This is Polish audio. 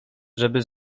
żeby